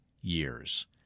years